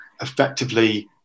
effectively